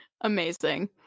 amazing